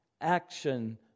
action